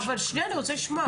שנייה, אני רוצה לשמוע.